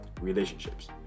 relationships